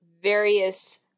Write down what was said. various